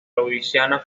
louisiana